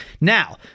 Now